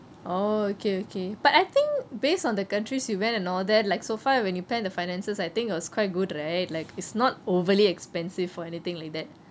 oh okay okay but I think based on the countries you went and all that like so far when you plan the finances I think it was quite good right like is not overly expensive or anything like that